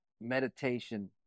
meditation